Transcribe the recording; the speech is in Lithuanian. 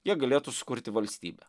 jie galėtų sukurti valstybę